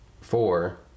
four